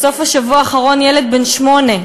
בסוף השבוע האחרון ילד בן שמונה,